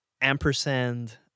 ampersand